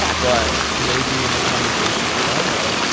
ah but maybe in the conversation to follow,